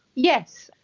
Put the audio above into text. yes,